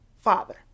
Father